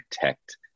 protect